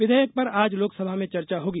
विधेयक पर आज लोकसभा में चर्चा होगी